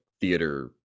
theater